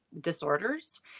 disorders